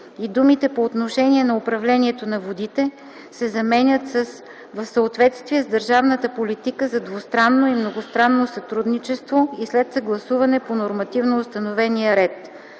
и думите „по отношение на управлението на водите” се заменят с „в съответствие с държавната политика за двустранно и многостранно сътрудничество и след съгласуване по нормативно установения ред”.